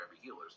healers